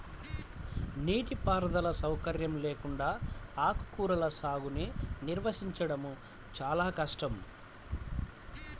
నీటిపారుదల సౌకర్యం లేకుండా ఆకుకూరల సాగుని నిర్వహించడం చాలా కష్టం